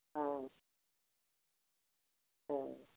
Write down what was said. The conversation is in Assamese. অঁ অঁ